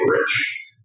rich